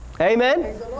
Amen